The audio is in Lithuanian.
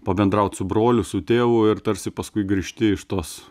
pabendraut su broliu su tėvu ir tarsi paskui grįžti iš tos